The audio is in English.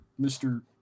Mr